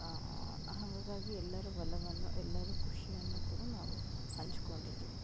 ಹಂಗಾಗಿ ಎಲ್ಲರೂ ಎಲ್ಲವನ್ನು ಎಲ್ಲರೂ ಖುಷಿಯನ್ನು ಕೂಡ ನಾವು ಹಂಚಿಕೊಂಡಿದೀವಿ